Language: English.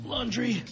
Laundry